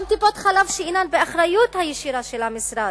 גם טיפות-חלב שאינן באחריות הישירה של המשרד,